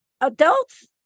adults